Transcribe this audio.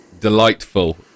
delightful